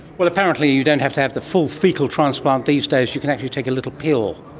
well, apparently you don't have to have the full faecal transplant these days, you can actually take a little pill.